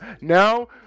Now